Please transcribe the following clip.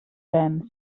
ven